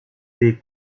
des